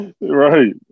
Right